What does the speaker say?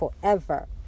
forever